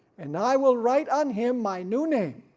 and i will write on him my new name.